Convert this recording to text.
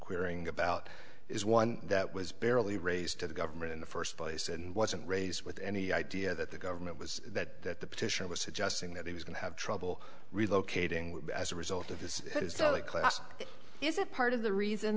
clearing about is one that was barely raised to the government in the first place and wasn't raised with any idea that the government was that the petitioner was suggesting that he was going to have trouble relocating as a result of this class is it part of the reason